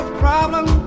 problem